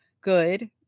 good